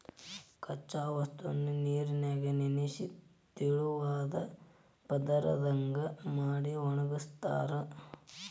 ಕಚ್ಚಾ ವಸ್ತುನ ನೇರಿನ್ಯಾಗ ನೆನಿಸಿ ತೆಳುವಾದ ಪದರದಂಗ ಮಾಡಿ ಒಣಗಸ್ತಾರ